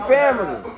family